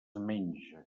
menja